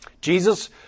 Jesus